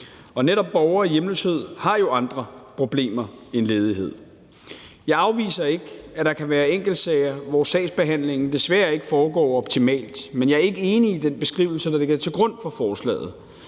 Og netop borgere i hjemløshed har jo andre problemer end ledighed. Jeg afviser ikke, at der kan være enkeltsager, hvor sagsbehandlingen desværre ikke foregår optimalt, men jeg er ikke enig i den beskrivelse, der ligger til grund for forslaget.